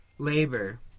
labor